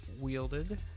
wielded